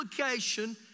application